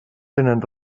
tenen